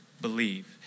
believe